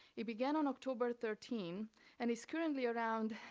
it began on october thirteen and is currently around,